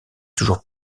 toujours